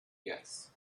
yes